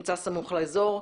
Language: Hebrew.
שנמצא סמוך לאזור.